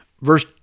Verse